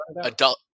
adult